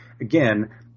again